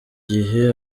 gihe